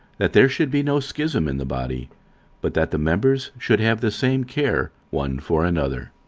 that there should be no schism in the body but that the members should have the same care one for another.